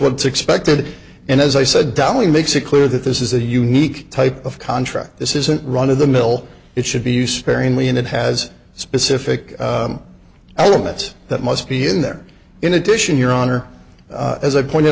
what's expected and as i said dally makes it clear that this is a unique type of contract this isn't run of the mill it should be used sparingly and it has specific elements that must be in there in addition your honor as i pointed